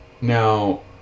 Now